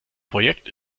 projekt